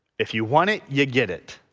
if you want it you get it,